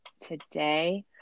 today